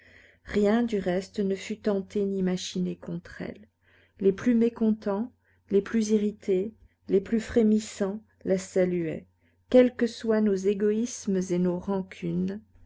rien du reste ne fut tenté ni machiné contre elle les plus mécontents les plus irrités les plus frémissants la saluaient quels que soient nos égoïsmes et nos rancunes